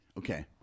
Okay